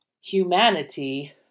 humanity